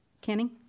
Canning